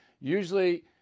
Usually